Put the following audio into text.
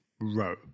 row